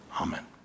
amen